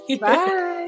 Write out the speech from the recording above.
Bye